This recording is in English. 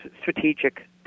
strategic